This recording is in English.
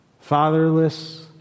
Fatherless